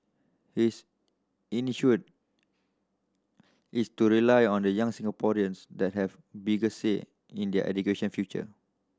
his is to rely on the young Singaporeans that have bigger say in their education future